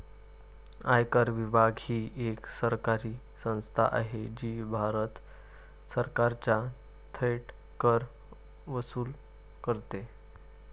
आयकर विभाग ही एक सरकारी संस्था आहे जी भारत सरकारचा थेट कर वसूल करते